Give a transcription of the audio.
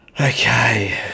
Okay